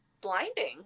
blinding